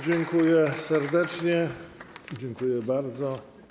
Dziękuję serdecznie, dziękuję bardzo.